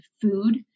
food